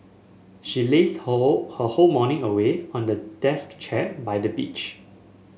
she lazed whole her whole morning away on the desk chair by the beach